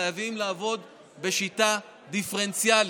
חייבים לעבוד בשיטה דיפרנציאלית.